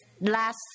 Last